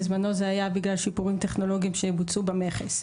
בזמנו זה היה בגלל שיפורים טכנולוגיים שבוצעו במכס.